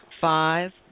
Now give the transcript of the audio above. Five